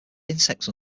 insects